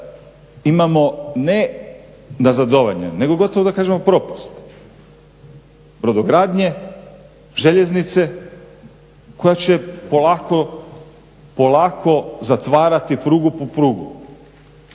imamo ne nazadovanje nego gotovo da kažemo propast brodogradnje, željeznice koja će polako zatvarati prugu po prugu